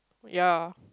ya